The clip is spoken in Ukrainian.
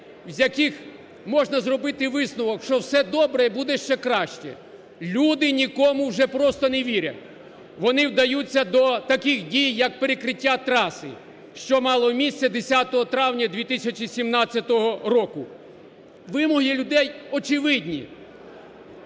з яких можна зробити висновок, що все добре і буде ще краще. Люди нікому вже просто не вірять, вони вдаються до таких дій як перекриття траси, що мало місце 10 травня 2017 року. Вимоги людей очевидні,